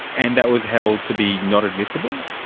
and that was held to be not admissible?